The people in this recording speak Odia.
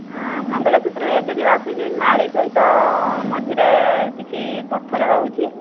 ମଙ୍ଗଳସୂତ୍ର ଏବେ ଯେଉଁ ଆସୁଛି ମାଳି ସହିତ ମଝିରେ କିଛି ପଥର ରହୁଛି